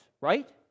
right